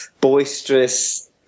boisterous